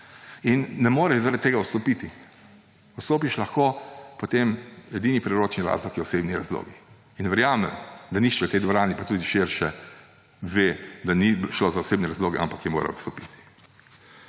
In ne more zaradi tega odstopiti. Odstopiš lahko potem, edini priročni razlog so osebni razlogi. In verjamem, da vsak v tej dvorani, pa tudi širše, ve, da ni šlo za osebne razloge, ampak je moral odstopiti.